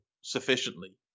Sufficiently